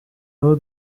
abo